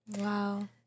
wow